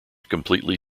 completely